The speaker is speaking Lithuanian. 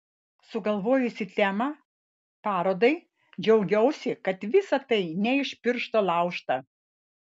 sugalvojusi temą parodai džiaugiausi kad visa tai ne iš piršto laužta